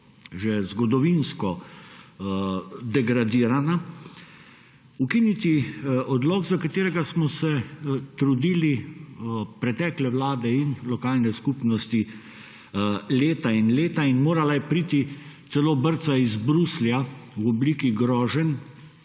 že zgodovinsko degradirana. Ukiniti odlok, za katerega smo se trudile pretekle vlade in lokalne skupnosti leta in leta, in morala je priti celo brca iz Bruslja v obliki groženj